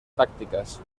tácticas